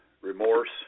remorse